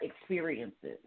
experiences